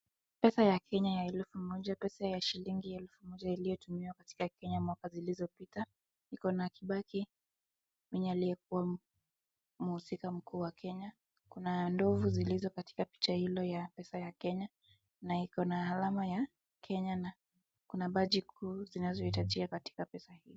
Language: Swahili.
Pesa ya Kenya ya elfu moja. Pesa ya shilingi elfu moja iliyotumiwa katika Kenya katika mwaka zilizopita. Iko na Kibaki mwenye alikuwa mhu, mhusika mkuu wa Kenya, kuna ndovu zilizokatika picha hilo ya pesa ya Kenya, na iko na alama ya kenya, na kuna badge kuu zinazohitajia katika pesa hii.